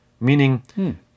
meaning